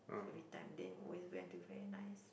everytime then always wear until very nice